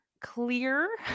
clear